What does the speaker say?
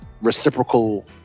reciprocal